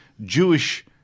Jewish